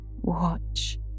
Watch